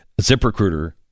ZipRecruiter